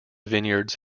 vineyards